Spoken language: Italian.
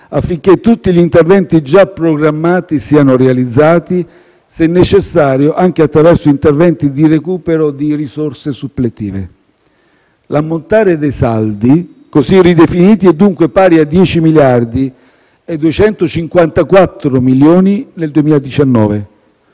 affinché tutti gli interventi già programmati siano realizzati, se necessario, anche attraverso interventi di recupero di risorse suppletive. L'ammontare dei saldi, così ridefiniti, è, dunque, pari a 10.254 milioni nel 2019,